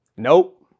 Nope